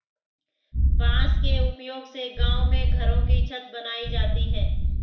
बांस के उपयोग से गांव में घरों की छतें बनाई जाती है